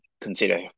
consider